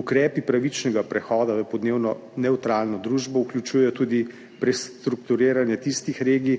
Ukrepi pravičnega prehoda v podnebno nevtralno družbo vključujejo tudi prestrukturiranje tistih regij,